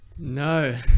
no